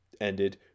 ended